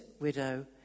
widow